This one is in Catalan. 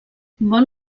vol